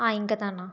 ஆ இங்கேதாண்ணா